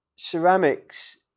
ceramics